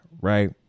right